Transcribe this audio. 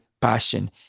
passion